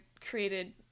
created